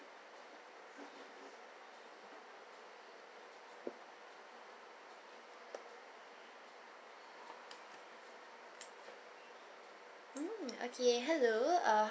mm okay hello uh